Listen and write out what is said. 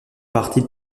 partie